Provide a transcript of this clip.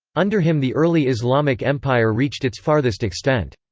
under him the early islamic empire reached its farthest extent.